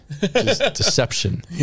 deception